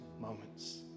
moments